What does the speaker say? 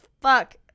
Fuck